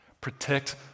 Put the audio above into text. Protect